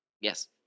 Yes